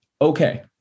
okay